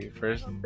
first